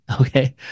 Okay